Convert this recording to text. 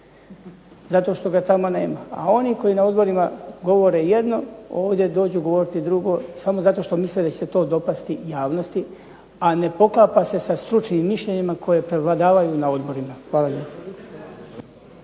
zato što ga tamo nema, a oni koji na odborima govore jedno, ovdje dođu govoriti drugo, samo zato što misle da će se to dopasti javnosti, a ne poklapa se sa stručnim mišljenjima koji prevladavaju na odborima. Hvala lijepo.